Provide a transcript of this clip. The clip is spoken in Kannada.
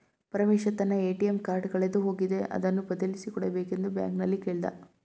ಪರಮೇಶ ತನ್ನ ಎ.ಟಿ.ಎಂ ಕಾರ್ಡ್ ಕಳೆದು ಹೋಗಿದೆ ಅದನ್ನು ಬದಲಿಸಿ ಕೊಡಬೇಕೆಂದು ಬ್ಯಾಂಕಲ್ಲಿ ಕೇಳ್ದ